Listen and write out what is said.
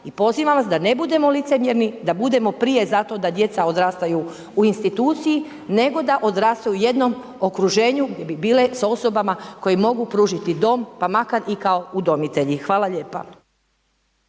i pozivam vam da ne budemo licemjerni, da budemo prije za to da djeca odrastaju u instituciji nego da odrastaju u jednom okruženju gdje bi bile sa osobama koje im mogu pružiti dom pa makar i kao udomitelji. Hvala lijepa.